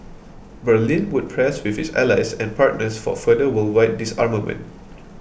Berlin would press with its allies and partners for further worldwide disarmament